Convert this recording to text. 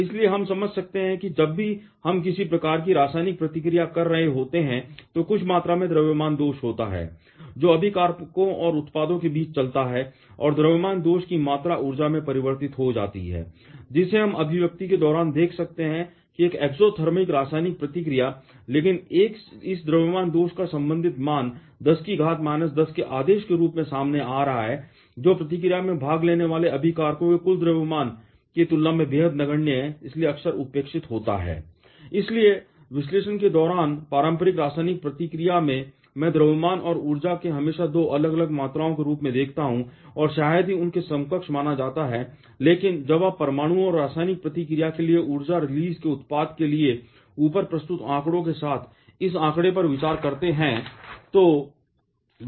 इसलिए हम समझ सकते हैं कि जब भी हम किसी प्रकार की रासायनिक प्रतिक्रिया कर रहे होते हैं तो कुछ मात्रा में द्रव्यमान दोष होता है जो अभिकारकों और उत्पादों के बीच चलता है और द्रव्यमान दोष की मात्रा ऊर्जा में परिवर्तित हो जाती है जिसे हम अभिव्यक्ति के दौरान देख सकते हैं एक एक्ज़ोथिर्मिक रासायनिक प्रतिक्रिया लेकिन इस द्रव्यमान दोष का संबंधित मान 10 10 के आदेश के रूप में सामने आ रहा है जो प्रतिक्रिया में भाग लेने वाले अभिकारकों के कुल द्रव्यमान की तुलना में बेहद नगण्य है और इसलिए अक्सर उपेक्षित होता है